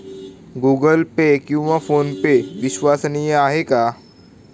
Google Pay किंवा PhonePe विश्वसनीय आहेत का?